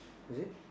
is it